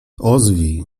ozwij